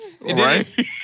Right